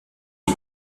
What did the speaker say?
est